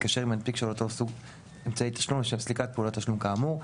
יתקשר עם מנפיק של אותו סוג אמצעי תשלום לשם סליקת פעולות תשלום כאמור,